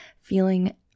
feeling